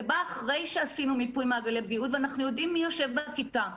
זה בא אחרי שעשינו מיפוי מעגלי ואנחנו יודעים מי יושב בכיתה.